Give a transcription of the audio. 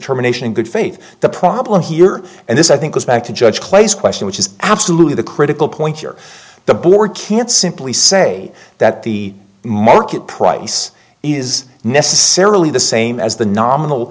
termination in good faith the problem here and this i think is back to judge clay's question which is absolutely the critical point here the board can't simply say that the market price is necessarily the same as the nominal